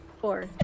four